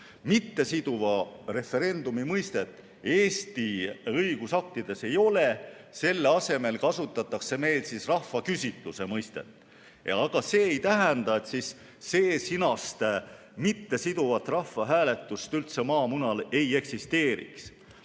Mittesiduva referendumi mõistet Eesti õigusaktides ei ole, selle asemel kasutatakse meil rahvaküsitluse mõistet. Aga see ei tähenda, et sedasinast mittesiduvat rahvahääletust üldse maamunal ei eksisteeriks.